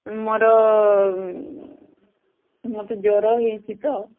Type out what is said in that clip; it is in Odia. ମୋର ମୋତେ ଜ୍ୱର ହୋଇଛି ତ